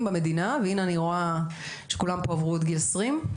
במדינה והנה אני רואה שכולם פה עברו את גיל 20,